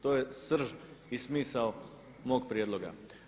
To je srž i smisao mog prijedloga.